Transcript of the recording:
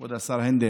כבוד השר הנדל,